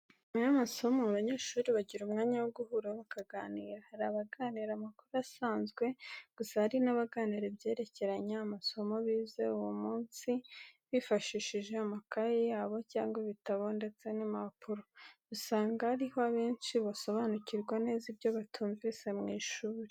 Nyuma y'amasomo abanyeshuri bagira umwanya wo guhura bakaganira . Hari abaganira amakuru asanzwe ,gusa hari n'abaganira ibyerekeye amasomo bize uwo munsi bifashishije amakayi ya bo cyangwa ibitabo ndetse n'impapuro. Usanga ari ho abenshi basobanukirwa neza ibyo batumvise mu ishuri.